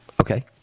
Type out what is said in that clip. okay